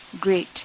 great